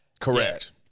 Correct